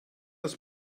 aus